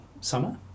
summer